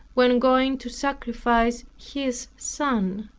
when going to sacrifice his son.